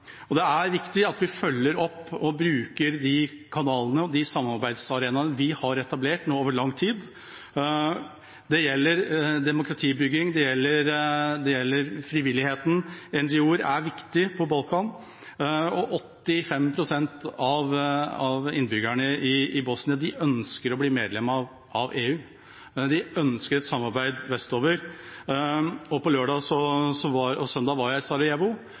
og det er viktig at vi følger opp og bruker de kanalene og de samarbeidsarenaene som de har etablert over lang tid. Det gjelder demokratibygging, det gjelder frivilligheten – NGO-er er viktige på Balkan – og 85 pst. av innbyggerne i Bosnia ønsker å bli medlem av EU, de ønsker et samarbeid vestover. På lørdag og søndag var jeg i Sarajevo,